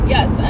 Yes